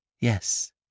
Yes